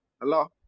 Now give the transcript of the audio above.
hello